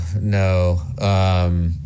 no